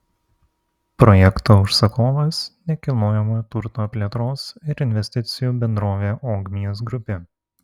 projekto užsakovas nekilnojamojo turto plėtros ir investicijų bendrovė ogmios grupė